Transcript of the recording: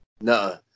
No